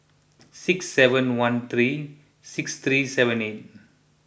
six seven one three six three seven eight